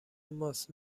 ماست